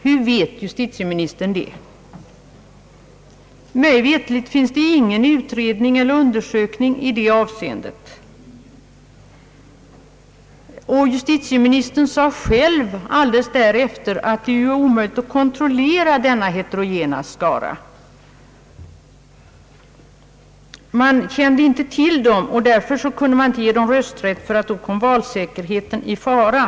Hur vet justitieministern det? Mig veterligen finns det ingen utredning eller undersökning i det avseendet. Justitieministern sade själv alldeles därefter att det är omöjligt att kontrollera denna skara. Man kände inte till dessa människor, och därför kunde man inte ge dem rösträtt, ty då kom valsäkerheten i fara.